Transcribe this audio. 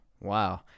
wow